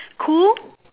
cool